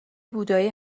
بودایی